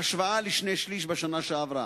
בהשוואה לשני שלישים בשנה שעברה.